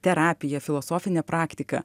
terapija filosofinė praktika